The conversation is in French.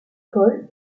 paul